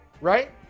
right